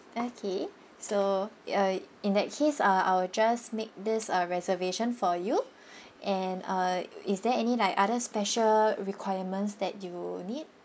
okay so uh in that case uh I will just make this uh reservation for you and uh is there any like other special requirements that you need